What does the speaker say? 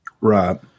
Right